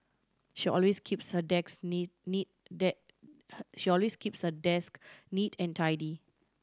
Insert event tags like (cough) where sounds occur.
she always keeps her desk neat neat (unintelligible) she always keeps her desk neat and tidy